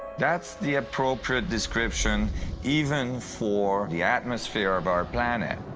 that's the appropriate description even for the atmosphere of our planet.